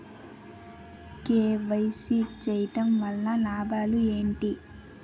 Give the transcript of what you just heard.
KYC చేయటం వలన లాభాలు ఏమిటి?